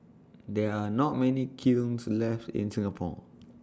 there are not many kilns left in Singapore